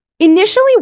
Initially